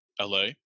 la